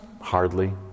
Hardly